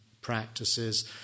practices